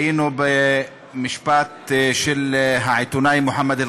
היינו במשפט של העיתונאי מוחמד אלקיק,